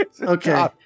Okay